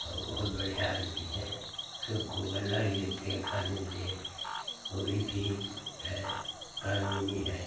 और बहुत बढ़िया आदमी हैं सबको गल्ला भी देते हैं खाने के लिए वह भी फ्री है कालोनी है